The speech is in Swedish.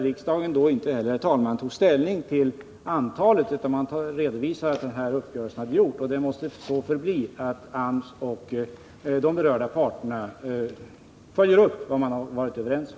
Riksdagen tog inte heller, herr talman, ställning till antalet, utan redovisade att den här uppgörelsen var gjord, och det måste förbli så att AMS och de berörda parterna följer upp vad man har varit överens om.